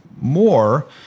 more